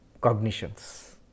cognitions